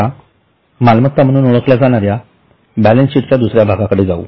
आता मालमत्ता म्हणून ओळखल्या जाणार्या बॅलन्स शीटच्या दुसर्या भागाकडे जाऊ